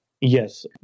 Yes